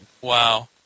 Wow